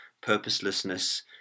purposelessness